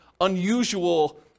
unusual